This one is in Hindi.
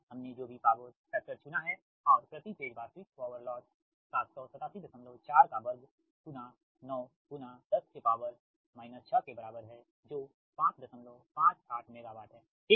हमने जो भी पावर फैक्टर चुना है और प्रति फेज वास्तविक पॉवर लॉस 78742 9 10 6 के बराबर है जो 558 मेगावाट हैठीक